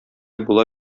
була